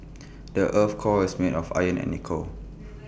the Earth's core is made of iron and nickel